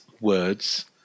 words